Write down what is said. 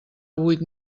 huit